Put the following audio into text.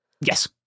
Yes